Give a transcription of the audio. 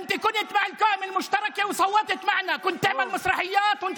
תצביע עם האנשים שיש להם צורך.) (אומר בערבית: הצגה שנייה.